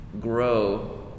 grow